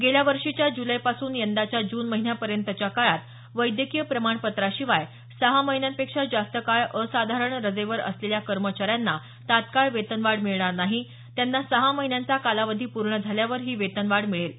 गेल्या वर्षीच्या जुलैपासून यंदाच्या जून महिन्यापर्यंतच्या काळात वैद्यकीय प्रमाणपत्राशिवाय सहा महिन्यांपेक्षा जास्त काळ असाधारण रजेवर असलेल्या कर्मचाऱ्यांना तात्काळ वेतनवाढ मिळणार नाही त्यांना सहा महिन्यांचा कालावधी पूर्ण झाल्यावर ही वेतनवाढ मिळेल